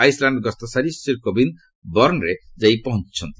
Iceland ଗସ୍ତ ସାରି ଶ୍ରୀ କୋବିନ୍ଦ ବାର୍ଷରେ ଯାଇ ପହଞ୍ଚିଛନ୍ତି